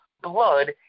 blood